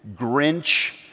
Grinch